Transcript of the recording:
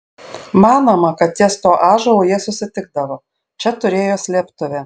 manoma kad ties tuo ąžuolu jie susitikdavo čia turėjo slėptuvę